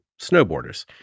snowboarders